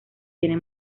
tiene